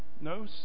No